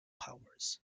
powers